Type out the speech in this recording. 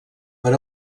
per